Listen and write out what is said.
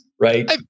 right